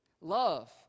Love